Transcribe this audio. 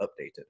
updated